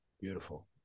Beautiful